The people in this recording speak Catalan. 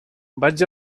vaig